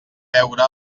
veure